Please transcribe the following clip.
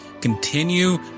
continue